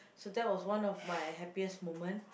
so that was one of my happiest moment